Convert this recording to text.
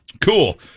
Cool